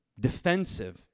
defensive